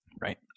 Right